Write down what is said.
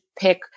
pick